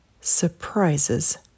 surprises